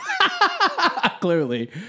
Clearly